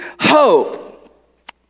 hope